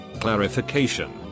Clarification